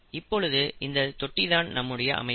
இப்பொழுது இந்த தொட்டி தான் நம்முடைய அமைப்பு